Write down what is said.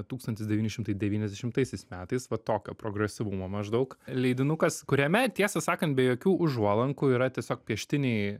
tūkstantis devyni šimtai devyniasdešimtaisiais metais va tokio progresyvumo maždaug leidinukas kuriame tiesą sakant be jokių užuolankų yra tiesiog pieštiniai